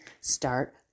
start